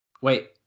Wait